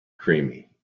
creamy